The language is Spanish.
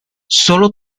solo